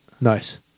Nice